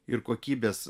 ir kokybės